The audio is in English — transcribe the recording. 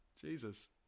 Jesus